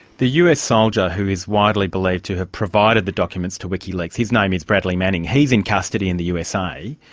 the us soldier who is widely believed to have provided the documents to wikileaks, his name is bradley manning, he's in custody in the usa.